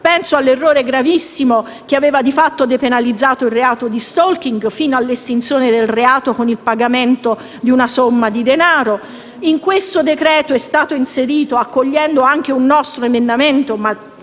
Penso all'errore gravissimo che aveva di fatto depenalizzato il reato di *stalking* fino all'estinzione del reato con il pagamento di una somma di denaro. In questo decreto è stata inserita, accogliendo un nostro emendamento